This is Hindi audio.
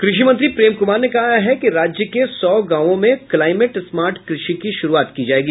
कृषि मंत्री प्रेम कुमार ने कहा है कि राज्य के सौ गांवों में क्लाइमेट स्मार्ट कृषि की शुरूआत की जायेगी